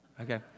Okay